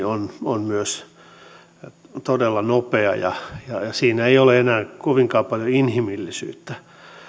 on toteutettu on myös todella nopea ja siinä ei ole enää kovinkaan paljon inhimillisyyttä